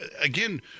again